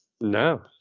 No